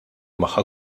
magħha